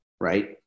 Right